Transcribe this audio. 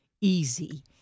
easy